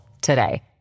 today